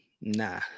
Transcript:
Nah